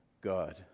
God